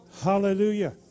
Hallelujah